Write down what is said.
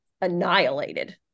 annihilated